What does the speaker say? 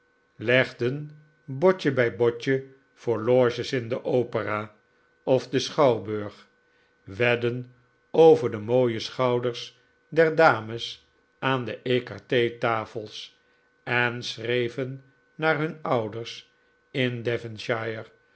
legden botje bij botje voor loges in de opera of den schouwburg wedden over de mooie schouders der dames aan de ecarfe tafels en schreven naar hun ouders in devonshire